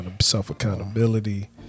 self-accountability